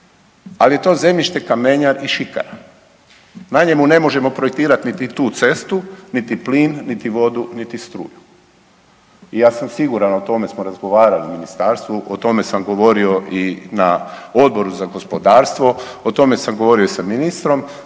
ali je to zemljište kamenjar i šikara. Na njemu ne možemo projektirat niti tu cestu, niti plin, niti vodu, niti struju. I ja sam siguran, o tome smo razgovarali u ministarstvu, o tome sam govorio i na Odboru za gospodarstvo, o tome sam govorio i sa ministrom